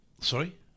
Sorry